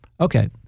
okay